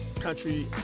country